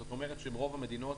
זאת אומרת שרוב המדינות